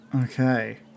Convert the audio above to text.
Okay